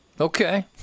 Okay